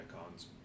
icons